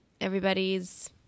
everybody's